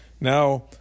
Now